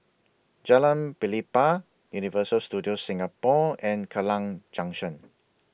Jalan Pelepah Universal Studios Singapore and Kallang Junction